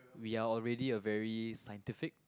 we are already a very scientific